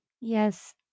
Yes